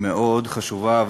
מאוד חשובה,